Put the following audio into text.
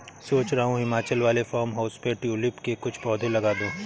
सोच रहा हूं हिमाचल वाले फार्म हाउस पे ट्यूलिप के कुछ पौधे लगा दूं